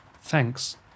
Thanks